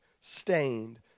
stained